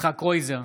יצחק קרויזר,